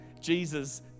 Jesus